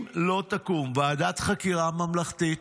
אם לא תקום ועדת חקירה ממלכתית,